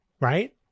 Right